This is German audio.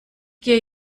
gehe